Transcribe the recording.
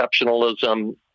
exceptionalism